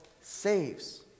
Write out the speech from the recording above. saves